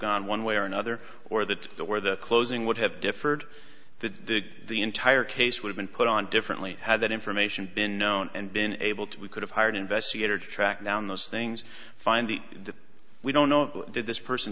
gone one way or another or that the where the closing would have differed the entire case would've been put on differently had that information been known and been able to we could have hired investigator to track down those things find the we don't know did this person